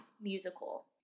musical